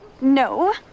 No